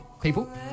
People